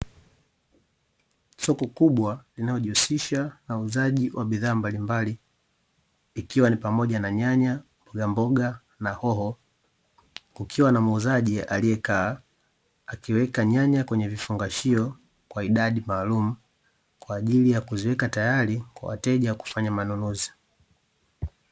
Soko kubwa linalojihusisha na uuzaji wa bidhaa mballimbali, ikiwa ni pamoja na nyanya, mbogamboga na hoho, kukiwa na muuzaji aliyekaa akiweka nyanya kwenye vifungashio, kwa idadi maalumu, kwaajili ya kuziweka tayari kwa wateja kufanya manunuzi.